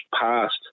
passed